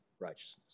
righteousness